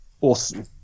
awesome